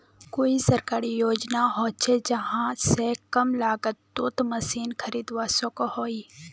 कोई सरकारी योजना होचे जहा से कम लागत तोत मशीन खरीदवार सकोहो ही?